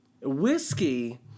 Whiskey